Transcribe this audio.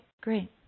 great